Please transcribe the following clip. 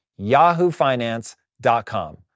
yahoofinance.com